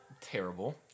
terrible